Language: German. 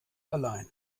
allein